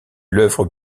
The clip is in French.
l’œuvre